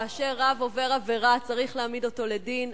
כאשר רב עובר עבירה צריך להעמיד אותו לדין.